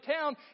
town